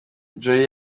jolly